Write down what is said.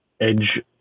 edge